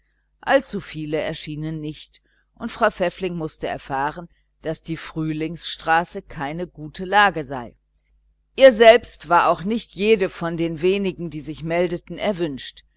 allzuviele erschienen nicht und frau pfäffling mußte erfahren daß die frühlingsstraße keine lage sei ihr selbst war auch nicht jede von den wenigen die sich meldeten erwünscht